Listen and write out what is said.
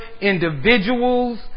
individuals